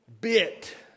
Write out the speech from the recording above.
bit